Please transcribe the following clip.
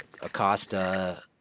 Acosta